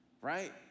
right